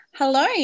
Hello